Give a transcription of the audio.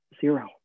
zero